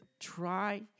try